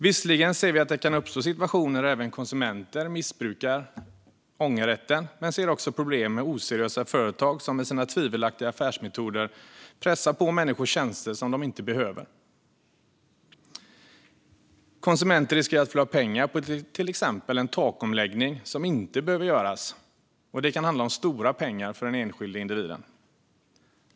Visserligen ser vi att det kan uppstå situationer där även konsumenter missbrukar ångerrätten, men vi ser också problem med oseriösa företag som med sina tvivelaktiga affärsmetoder pressar på människor tjänster som de inte behöver. Konsumenter riskerar att förlora pengar på till exempel en takomläggning som inte behöver göras, och det kan handla om stora pengar för den enskilde individen.